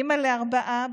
אימא לארבעה,